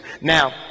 Now